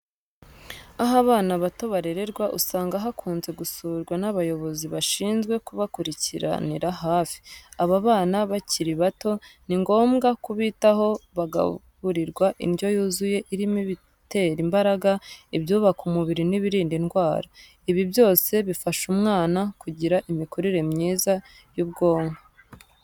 Aho abana bato barererwa usanga bakunze gusurwa n'abayobozi bashinzwe kubakurikiranira hafi. Aba bana bakiri bato ni ngombwa kubitaho bagaburirwa indyo yuzuye irimo ibitera imbaraga, ibyubaka umubiri n'ibirinda indwara. Ibi byose bifasha umwana kugira imikurire myiza y'ubwonko.